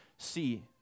See